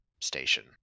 station